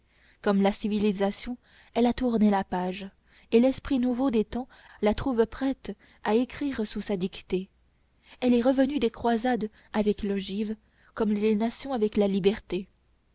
comme la civilisation elle a tourné la page et l'esprit nouveau des temps la trouve prête à écrire sous sa dictée elle est revenue des croisades avec l'ogive comme les nations avec la liberté